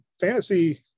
fantasy